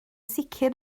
sicr